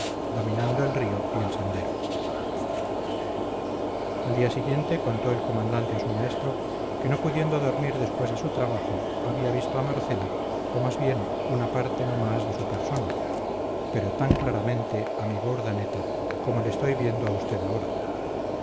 dominando el río y el sendero al día siguiente contó el comandante a su maestro que no pudiendo dormir después de su trabajo había visto a marcela o más bien una parte no más de su persona pero tan claramente amigo urdaneta como le estoy viendo a usted ahora